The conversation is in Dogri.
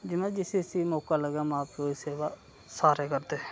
जियां जिसी जिसी मौका लगदा मां प्यौ दी सेवा सारे करदे